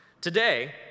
Today